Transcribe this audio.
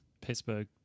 Pittsburgh